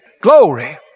Glory